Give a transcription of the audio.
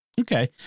Okay